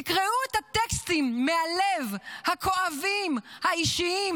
תקראו מהלב את הטקסטים הכואבים האישיים